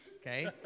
okay